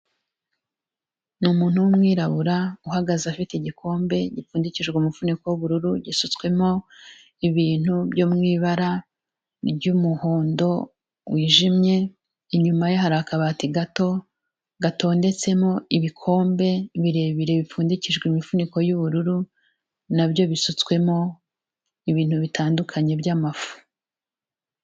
Ni umuntu w'umwirabura uhagaze afite igikombe gipfundikijwe umufuniko w'ubururu, gisutswemo ibintu byo mu ibara ry'umuhondo wijimye, inyuma ye hari akabati gato gatondetsemo ibikombe birebire bipfundikijwe imifuniko y'ubururu na byo bisutswemo ibintu bitandukanye by'amafu.